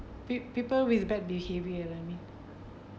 peop~ people with bad behavior lah I mean